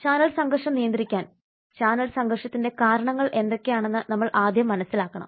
channel സംഘർഷം നിയന്ത്രിക്കാൻ channel സംഘർഷത്തിന്റെ കാരണങ്ങൾ എന്തൊക്കെയാണെന്ന് നമ്മൾ ആദ്യം മനസ്സിലാക്കണം